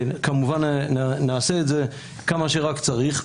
כמובן נעשה מה שרק צריך,